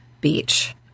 beach